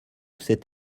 cet